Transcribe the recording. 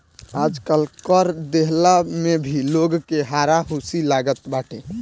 आजकल कर देहला में भी लोग के हारा हुसी लागल बाटे